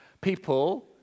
people